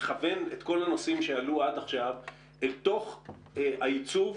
ננסה לכוון את כל הנושאים שעלו עד עכשיו אל תוך העיצוב